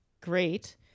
great